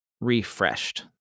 refreshed